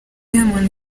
diamond